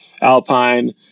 Alpine